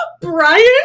Brian